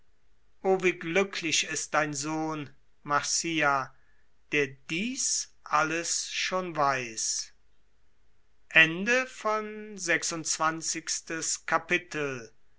o wie glücklich ist dein sohn marcia der dies schon weiß